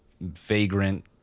vagrant